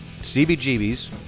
CBGB's